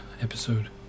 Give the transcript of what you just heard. Episode